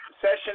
Session